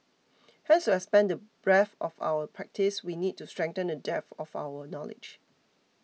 hence to expand the breadth of our practice we need to strengthen the depth of our knowledge